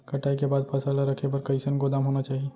कटाई के बाद फसल ला रखे बर कईसन गोदाम होना चाही?